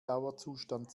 dauerzustand